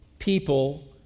people